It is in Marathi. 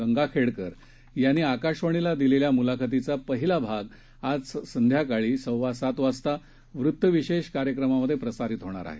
रमण गंगाखेडकर यांनी आकाशवाणीला दिलेल्या मुलाखतीचा पहिला भाग आज संध्याकाळी सव्वा सात वाजता वृतविशेष कार्यक्रमात प्रसारित होणार आहे